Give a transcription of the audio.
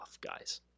guys